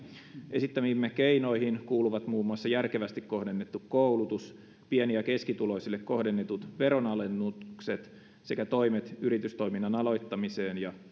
esittämiimme keinoihin kuuluvat muun muassa järkevästi kohdennettu koulutus pieni ja keskituloisille kohdennetut veronalennukset sekä toimet yritystoiminnan aloittamisen ja